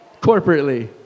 Corporately